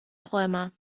träumer